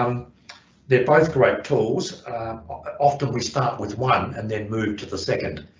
um they're both great tools often we start with one and then move to the second.